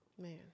Man